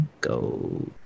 go